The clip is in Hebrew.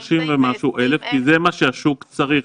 כ-30,000 כי זה מה שהשוק צריך.